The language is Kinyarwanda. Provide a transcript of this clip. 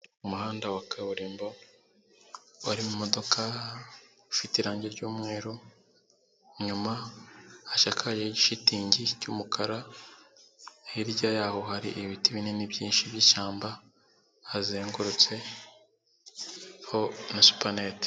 Umuhanda wa kaburimbo, warimo imodoka, ufite irangi ry'umweru, inyuma hashyakaje igishitingi cy'umukara, hirya y'aho hari ibiti binini byinshi byishyamba, hazengurutse ho na supanete.